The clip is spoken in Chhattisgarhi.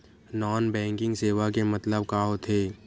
नॉन बैंकिंग सेवा के मतलब का होथे?